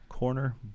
corner